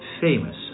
famous